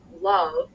love